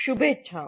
શુભેચ્છાઓ